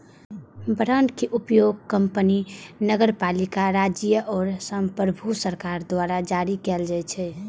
बांडक उपयोग कंपनी, नगरपालिका, राज्य आ संप्रभु सरकार द्वारा जारी कैल जाइ छै